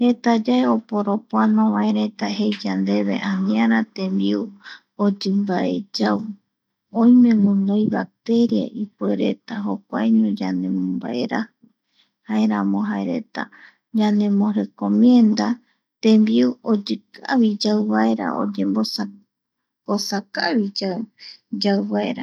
Jetayae oporopoanovaereta jei yandeve aniara tembiu oyimbae yau oime guinoi bacteria ipuere jokua yanemombaeraj i jaeramo jaereta yanemorecomienda tembiu oyikavi yauvaera oyemosa kosa kavi yauvaera.